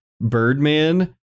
Birdman